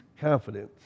confidence